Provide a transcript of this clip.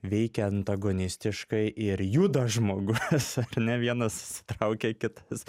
veikia antagonistiškai ir juda žmogus ar ne vienas traukia kitas